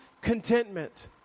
contentment